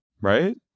right